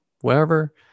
wherever